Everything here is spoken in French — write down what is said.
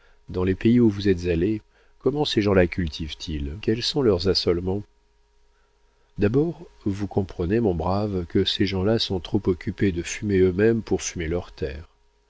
dans les pays où vous êtes allé comment ces gens-là cultivent ils quels sont leurs assolements d'abord vous comprenez mon brave que ces gens-là sont trop occupés de fumer eux-mêmes pour fumer leurs terres